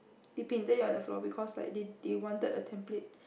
they painted it on the floor because like they they wanted a template